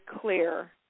clear